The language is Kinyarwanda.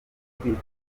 bakunda